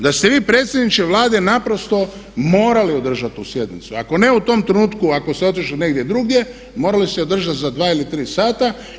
Da ste vi predsjedniče Vlade naprosto morali održati tu sjednicu, ako ne u tom trenutku ako ste otišli negdje drugdje morali ste je održati za dva ili tri sata.